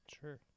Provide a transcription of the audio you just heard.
sure